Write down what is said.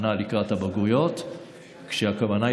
הכנה לקראת הבגרויות כשהכוונה,